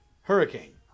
Hurricane